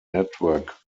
network